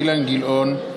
אילן גילאון,